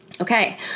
Okay